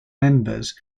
members